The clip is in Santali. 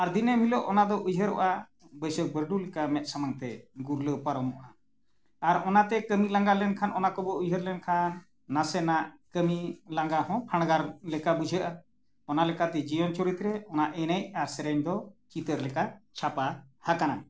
ᱟᱨ ᱫᱤᱱᱟᱹᱢᱮ ᱦᱤᱞᱳᱜ ᱚᱱᱟ ᱫᱚ ᱩᱭᱦᱟᱹᱨᱚᱜᱼᱟ ᱵᱟᱹᱭᱥᱟᱹᱠᱷ ᱵᱟᱹᱨᱰᱩ ᱞᱮᱠᱟ ᱢᱮᱫ ᱥᱟᱢᱟᱝ ᱛᱮ ᱜᱩᱨᱞᱟᱹᱣ ᱯᱟᱨᱚᱢᱚᱜᱼᱟ ᱟᱨ ᱚᱱᱟᱛᱮ ᱠᱟᱹᱢᱤ ᱞᱟᱸᱜᱟ ᱞᱮᱱᱠᱷᱟᱱ ᱚᱱᱟ ᱠᱚᱵᱚᱱ ᱩᱭᱦᱟᱹᱨ ᱞᱮᱱᱠᱷᱟᱱ ᱱᱟᱥᱮᱱᱟᱜ ᱠᱟᱹᱢᱤ ᱞᱟᱸᱜᱟ ᱦᱚᱸ ᱯᱷᱟᱸᱰᱜᱟᱨ ᱞᱮᱠᱟ ᱵᱩᱡᱷᱟᱹᱜᱼᱟ ᱚᱱᱟ ᱞᱮᱠᱟᱛᱮ ᱡᱤᱭᱚᱱ ᱪᱩᱨᱤᱛ ᱨᱮ ᱚᱱᱟ ᱮᱱᱮᱡ ᱟᱨ ᱥᱮᱨᱮᱧ ᱫᱚ ᱪᱤᱛᱟᱹᱨ ᱞᱮᱠᱟ ᱪᱷᱟᱯᱟ ᱟᱠᱟᱱᱟ